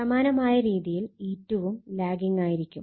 സമാനമായ രീതിയിൽ E2 വും ലാഗിങ്ങായിരിക്കും